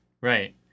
right